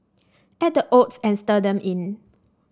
add the oats and stir them in